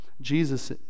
Jesus